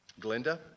Glenda